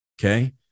Okay